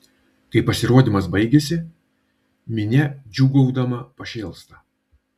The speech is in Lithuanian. kai pasirodymas baigiasi minia džiūgaudama pašėlsta